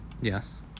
yes